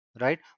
right